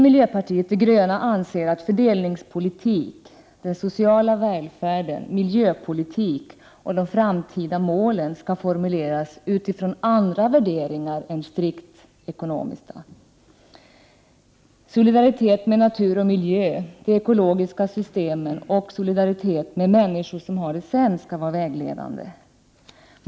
Miljöpartiet de gröna anser att fördelningspolitik, den sociala välfärden, miljöpolitiken och de framtida målen skall formuleras utifrån andra värderingar än strikt ekonomiska. Solidaritet med natur och miljö, de ekologiska 103 systemen, och solidaritet med de människor som har det sämst skall vara vägledande.